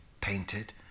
painted